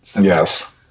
Yes